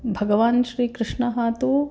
भगवान् श्रीकृष्णः तु